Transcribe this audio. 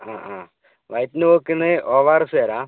ആ ആ വയറ്റിൽ നിന്ന് പോക്കിന് ഒ ആർ എസ് തരാം